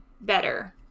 better